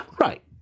right